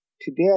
Today